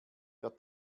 wer